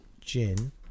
gin